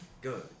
Good